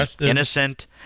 innocent